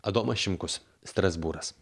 adomas šimkus strasbūras